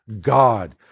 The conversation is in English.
God